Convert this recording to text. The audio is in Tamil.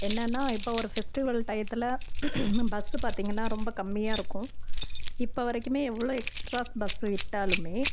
என்னென்னா இப்போ ஒரு ஃபெஸ்டிவல் டையத்தில் பஸ்ஸு பார்த்தீங்கன்னா ரொம்ப கம்மியாக இருக்கும் இப்போ வரைக்குமே எவ்வளோ எக்ஸ்ட்ராஸ் பஸ்ஸு விட்டாலுமே